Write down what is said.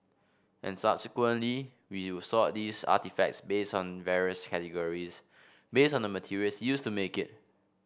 and subsequently we will sort these artefacts based on various categories based on the materials used to make it